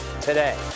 today